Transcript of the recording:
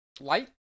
light